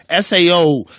SAO